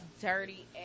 dirty